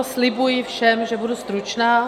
Slibuji všem, že budu stručná.